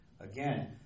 Again